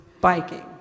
biking